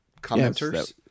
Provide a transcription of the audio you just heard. commenters